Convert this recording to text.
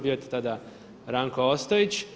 Bio je to tada Ranko Ostojić.